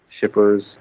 shippers